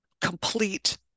complete